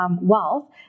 wealth